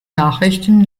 nachrichten